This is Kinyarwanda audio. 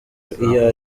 iyo